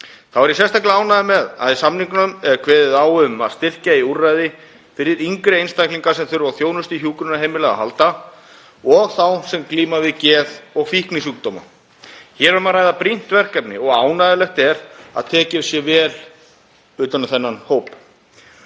Þá er ég sérstaklega ánægður með að í samningnum er kveðið á um að styrkja úrræði fyrir yngri einstaklinga sem þurfa á þjónustu hjúkrunarheimila að halda og þá sem glíma við geð- og fíknisjúkdóma. Hér er um að ræða brýnt verkefni og ánægjulegt er að tekið sé vel utan um þennan hóp.